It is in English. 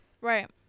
right